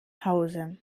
hause